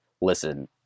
listen